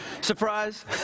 Surprise